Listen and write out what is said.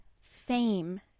fame